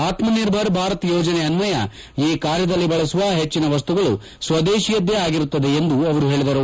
ಆತ್ಮ ನಿರ್ಭರ್ ಭಾರತ್ ಯೋಜನೆಯನ್ನೆಯ ಈ ಕಾರ್ಯದಲ್ಲಿ ಬಳಸುವ ಹೆಚ್ಚಿನ ವಸ್ತುಗಳು ಸ್ವದೇಶಿಯದ್ದೇ ಆಗಿರುತ್ತದೆ ಎಂದು ಅವರು ಹೇಳಿದರು